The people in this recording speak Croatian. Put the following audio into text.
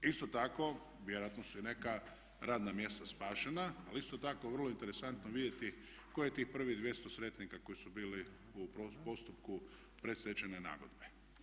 Isto tako vjerojatno su i neka radna mjesta spašena ali isto tako je vrlo interesantno vidjeti koje tih prvih 200 sretnika koji su bili u postupku predstečajne nagodbe.